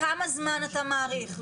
כמה זמן אתה מעריך?